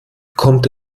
kommt